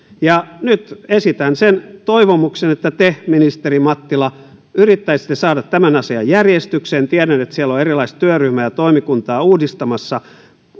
nyt esitän sen toivomuksen että te ministeri mattila yrittäisitte saada tämän asian järjestykseen tiedän että siellä on erilaista työryhmää ja toimikuntaa uudistamassa